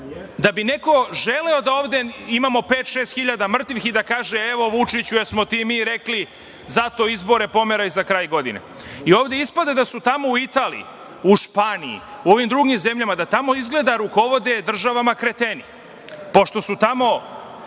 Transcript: da bi neko želeo da ovde imamo pet-šest hiljada mrtvih i da kaže - evo, Vučiću, jesmo ti mi rekli, zato izbore pomeraj za kraj godine. Ovde ispada da tamo u Italiji, u Španiji, u onim drugim zemljama, da tamo izgleda rukovode državama kreteni, pošto su tamo